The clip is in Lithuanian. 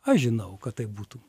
aš žinau kad taip būtų